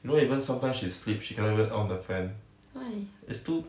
you know even sometimes she sleep she cannot even on the fan it's too